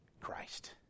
Christ